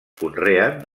conreen